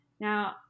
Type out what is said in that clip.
Now